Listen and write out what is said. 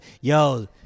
Yo